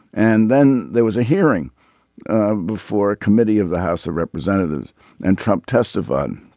and then there was a hearing before a committee of the house of representatives and trump testified